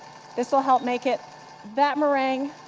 this will help make it that meringue,